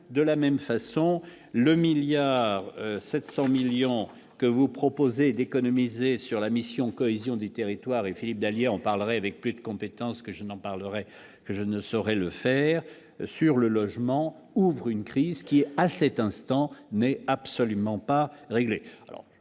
de la même façon, le milliard 700 millions que vous proposez d'économiser sur la mission cohésion des territoires et Philippe Dallier en parlerai avec plus de compétences que je n'en parlerai, je ne saurais le faire sur le logement, ouvre une crise qui, à cet instant, n'est absolument pas réglé